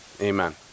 amen